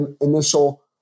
initial